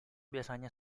biasanya